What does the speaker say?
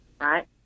right